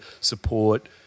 support